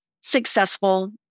successful